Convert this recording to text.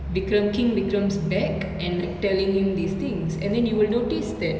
vikram king vikram's back and like telling him these things and then you will notice that